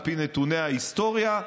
על פי נתוני ההיסטוריה,